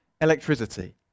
electricity